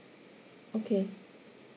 okay